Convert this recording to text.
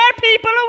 people